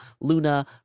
Luna